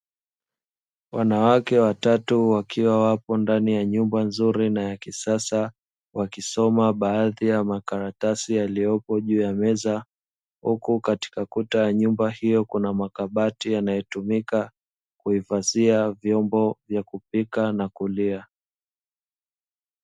Wanawake watatu wakiwa wapo ndani ya nyumba nzuri na ya kisasa, wakisoma baadhi ya makaratasi yaliyopo juu ya meza. Huku katika Kuta ya nyumba hiyo kuna makabati yanayotumika kuhifadhi vyombo vya kupikia na kulia.